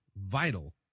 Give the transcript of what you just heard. vital